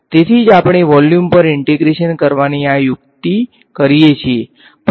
તેથી જ આપણે વોલ્યુમ પર ઈંટેગ્રેશન કરવાની આ યુક્તિ કરીએ છીએ પછી ડાયવર્જન્સ પ્રમેયનો ઉપયોગ કરીને સારો પ્રશ્ન છે